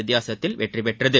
வித்தியாசத்தில் வெற்றி பெற்றது